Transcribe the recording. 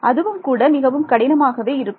அதுவும் கூட மிகவும் கடினமாகவே இருக்கும்